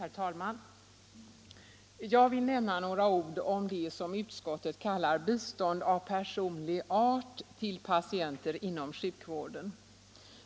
Herr talman! Jag vill säga några ord om det som utskottet kallar bistånd av personlig art till patienter inom sjukvården.